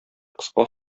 кыска